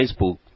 Facebook